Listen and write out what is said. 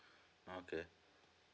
okay